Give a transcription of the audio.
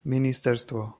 ministerstvo